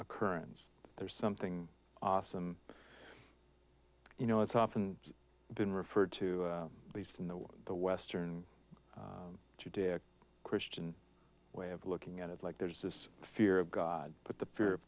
occurrence there's something awesome you know it's often been referred to at least in the way the western judeo christian way of looking at it like there's this fear of god put the fear of